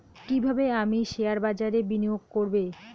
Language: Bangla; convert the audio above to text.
কিভাবে আমি শেয়ারবাজারে বিনিয়োগ করবে?